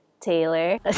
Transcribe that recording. Taylor